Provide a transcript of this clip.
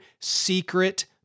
secret